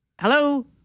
hello